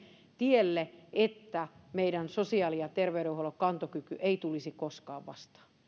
tielle että meidän sosiaali ja terveydenhuollon kantokyky ei tulisi koskaan vastaan